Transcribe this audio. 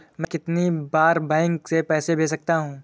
मैं कितनी बार बैंक से पैसे भेज सकता हूँ?